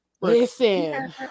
listen